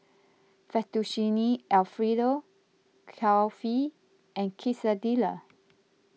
Fettuccine Alfredo Kulfi and Quesadillas